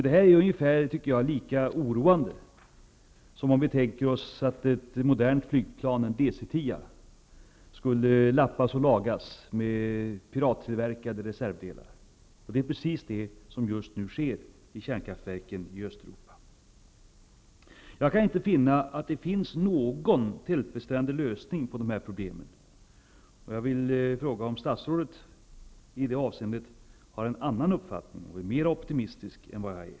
Det är lika oroande som om ett modernt flygplan av typ DC 10 skulle lappas och lagas med pirattillverkade reservdelar. Det är precis vad som nu sker i kärnkraftverken i Östeuropa. Jag kan inte se att det finns någon tillfredsställande lösning på dessa problem. Jag vill fråga om statsrådet i det avseendet har en annan uppfattning och om han är mera optimistisk än jag.